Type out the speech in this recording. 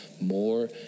more